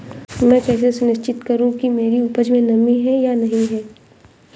मैं कैसे सुनिश्चित करूँ कि मेरी उपज में नमी है या नहीं है?